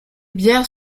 bières